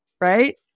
right